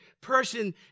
person